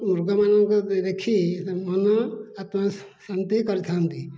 ମୃଗମାନଙ୍କୁ ଦେଖିକି ତାଙ୍କ ମନ ଆତ୍ମାକୁ ଶାନ୍ତି କରିଥାଆନ୍ତି